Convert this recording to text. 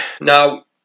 Now